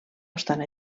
obstant